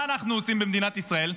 ומה אנחנו עושים במדינת ישראל?